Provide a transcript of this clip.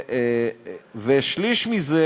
ושליש מזה